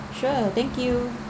sure thank you